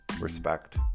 respect